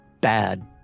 bad